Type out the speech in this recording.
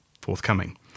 forthcoming